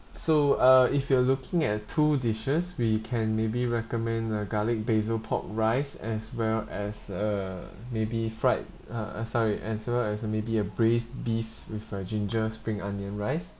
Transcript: so uh if you are looking at two dishes we can maybe recommend uh garlic basil pork rice as well as uh maybe fried uh sorry as well as uh maybe a braised beef with uh ginger spring onion rice